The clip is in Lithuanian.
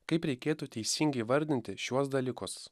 kaip reikėtų teisingai įvardinti šiuos dalykus